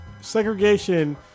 segregation